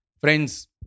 Friends